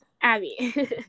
Abby